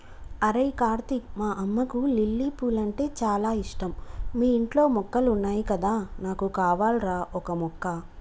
అరేయ్ కార్తీక్ మా అమ్మకు లిల్లీ పూలంటే చాల ఇష్టం మీ ఇంట్లో మొక్కలున్నాయి కదా నాకు కావాల్రా ఓక మొక్క